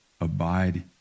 abide